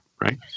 right